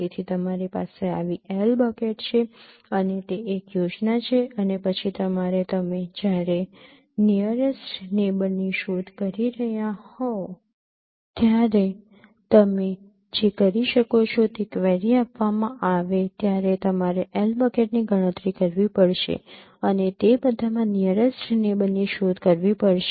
તેથી તમારી પાસે આવી L બકેટ છે અને તે એક યોજના છે અને પછી તમારે તમે જ્યારે નીયરેસ્ટ નેબર ની શોધ કરી રહ્યા હોવ ત્યારે તમે જે કરી શકો છો તે ક્વેરી આપવામાં આવે ત્યારે તમારે L બકેટની ગણતરી કરવી પડશે અને તે બધામાં નીયરેસ્ટ નેબર ની શોધ કરવી પડશે